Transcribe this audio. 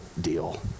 deal